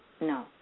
No